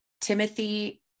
Timothy